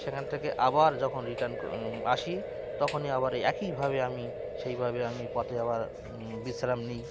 সেখান থেকে আবার যখন রিটার্ন আসি তখনই আবার এই একইভাবে আমি সেইভাবে আমি পথে আবার বিশ্রাম নিই